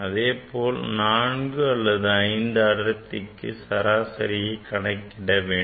இதுபோல் 4 அல்லது 5 அடர்த்திக்கு சராசரியை கண்டறிய வேண்டும்